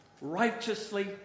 righteously